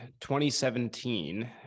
2017